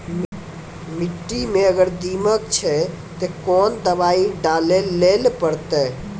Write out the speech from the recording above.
मिट्टी मे अगर दीमक छै ते कोंन दवाई डाले ले परतय?